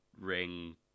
ring